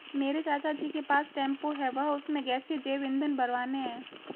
मेरे चाचा जी के पास टेंपो है वह उसमें गैसीय जैव ईंधन भरवाने हैं